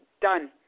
done